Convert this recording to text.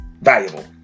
valuable